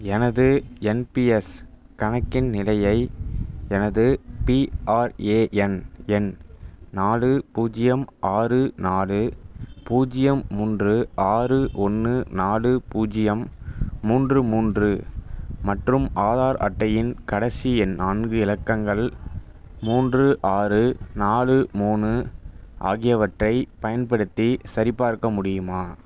எனது என்பிஎஸ் கணக்கின் நிலையை எனது பிஆர்ஏஎன் எண் நாலு பூஜ்ஜியம் ஆறு நாலு பூஜ்ஜியம் மூன்று ஆறு ஒன்று நாலு பூஜ்ஜியம் மூன்று மூன்று மற்றும் ஆதார் அட்டையின் கடைசியின் நான்கு இலக்கங்கள் மூன்று ஆறு நாலு மூணு ஆகியவற்றைப் பயன்படுத்தி சரிபார்க்க முடியுமா